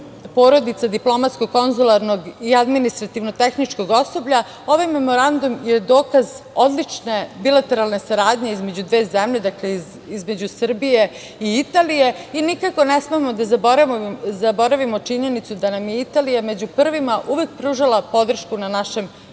porodica diplomatsko-konzularnog i administrativno tehničkog osoblja ovaj Memorandum je dokaz odlične bilateralne saradnje između dve zemlje, dakle između Srbije i Italije i nikako ne smemo da zaboravimo činjenicu da nam je Italija među prvima uvek pružala podršku na našem